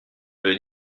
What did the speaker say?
veut